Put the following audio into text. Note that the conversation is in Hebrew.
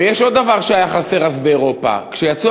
ויש עוד דבר שהיה חסר אז באירופה: כשיצאו